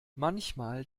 manchmal